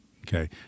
Okay